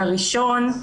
הראשון,